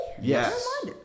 Yes